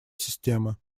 системы